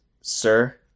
Sir